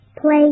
Play